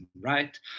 right